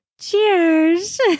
Cheers